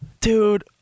dude